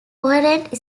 coherent